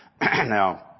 Now